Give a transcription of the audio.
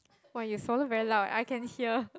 !wah! you swallow very loud I can hear